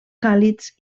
càlids